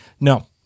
no